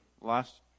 last